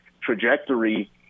trajectory